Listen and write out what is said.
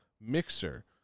Mixer